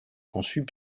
conçus